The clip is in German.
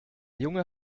junge